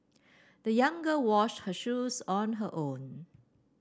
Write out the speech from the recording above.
the young girl washed her shoes on her own